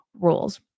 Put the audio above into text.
rules